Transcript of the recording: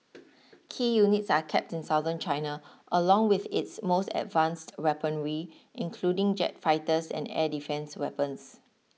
key units are kept in Southern China along with its most advanced weaponry including jet fighters and air defence weapons